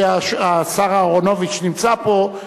השר אהרונוביץ נמצא פה,